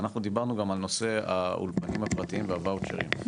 אנחנו גם דיברנו על נושא האולפנים הפרטיים והוואוצ'רים,